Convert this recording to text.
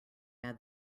add